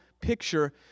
picture